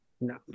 No